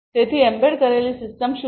તેથી એમ્બેડ કરેલી સિસ્ટમ શું છે